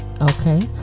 Okay